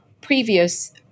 previous